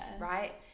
right